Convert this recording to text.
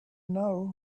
know